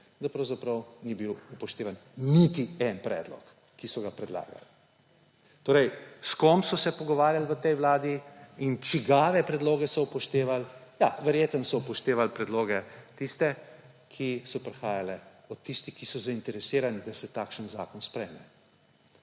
da pravzaprav ni bil upoštevan niti en predlog, ki so ga predlagali. Torej s kom so se pogovarjali v tej vladi in čigave predloge so upoštevali? Ja, verjetno so upoštevali tiste predloge, ki so prihajali od tistih, ki so zainteresirani, da se takšen zakon sprejme.